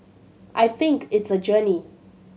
I think it's a journey